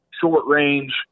short-range